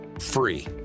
free